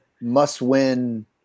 must-win